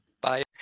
bye